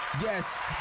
yes